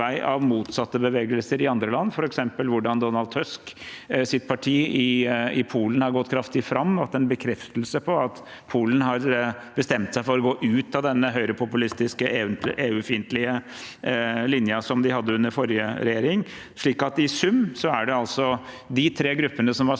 av motsatte bevegelser i andre land. Ett eksempel er hvordan Donald Tusks parti i Polen har gått kraftig fram, en bekreftelse på at Polen har bestemt seg for å gå ut av den høyrepopulistiske og EU-fiendtlige linjen som de hadde under forrige regjering. I sum er det altså de tre gruppene som var størst